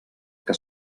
que